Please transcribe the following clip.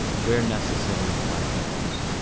where necessary by force.